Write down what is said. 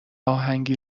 اهنگی